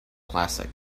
classic